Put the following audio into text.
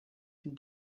can